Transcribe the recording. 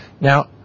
Now